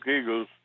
Eagles